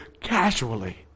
casually